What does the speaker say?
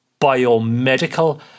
biomedical